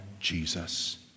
Jesus